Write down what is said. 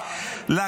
לא, אבל